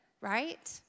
Right